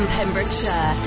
Pembrokeshire